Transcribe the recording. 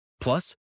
Plus